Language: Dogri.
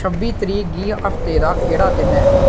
छब्बी तरीक गी हफ्ते दा केह्ड़ा दिन ऐ